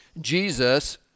Jesus